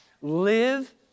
live